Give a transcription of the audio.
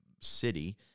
city